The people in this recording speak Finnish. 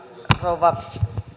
rouva